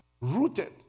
Rooted